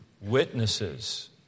witnesses